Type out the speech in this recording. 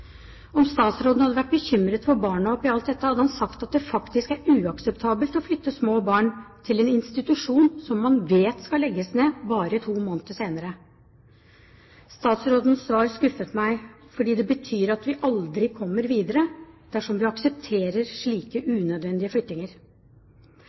Om statsråden hadde vært bekymret for barnet oppe i alt dette, hadde han sagt at det faktisk er uakseptabelt å flytte små barn til en institusjon som man vet skal legges ned bare to måneder senere. Statsrådens svar skuffet meg, fordi det betyr at vi aldri kommer videre dersom vi aksepterer slike